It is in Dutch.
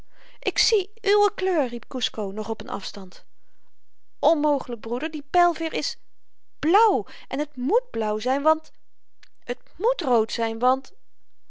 ik zie uwe kleur riep kusco nog op een afstand onmogelyk broeder de pylveêr is blauw en t moet blauw zyn want het moet rood zyn want